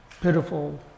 pitiful